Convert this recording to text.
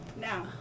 Now